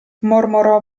mormorò